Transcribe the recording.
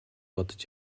бодож